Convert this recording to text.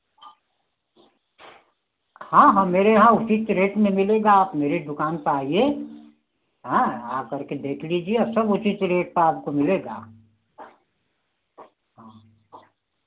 हाँ हाँ मेरे यहाँ उसी के रेट में मिलेगा आप मेरे दुकान पर आईए हाँ आकर के देख लीजिए और सब उसी से रेट पर आपको मिलेगा